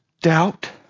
doubt